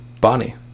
Bonnie